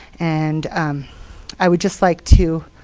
and i would just like to